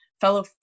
fellow